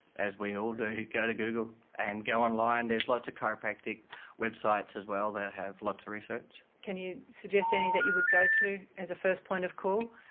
as we all do, and go to google and go online, there's lots of chiropractic websites as well that have lots of research. can you suggest any that you would go to as a first point of call?